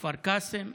כפר קאסם,